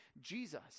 Jesus